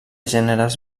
gèneres